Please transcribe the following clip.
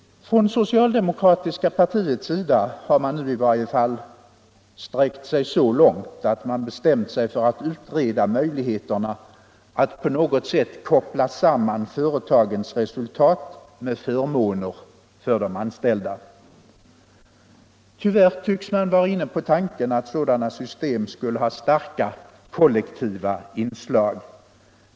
Från socialdemokratiska partiets sida har man nu i varje fall sträckt sig så långt, att man bestämt sig för att låta utreda möjligheterna att på något sätt koppla samman företagens resultat med förmåner för de anställda. Tyvärr tycks man vara inne på tanken att sådana system bör ha starka kollektiva inslag.